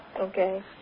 Okay